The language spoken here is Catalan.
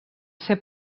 ser